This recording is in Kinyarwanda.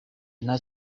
nta